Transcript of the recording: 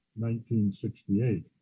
1968